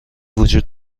وجود